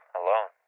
alone